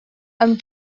amb